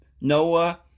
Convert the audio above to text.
Noah